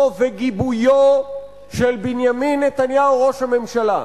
וגיבויו של בנימין נתניהו ראש הממשלה.